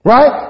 Right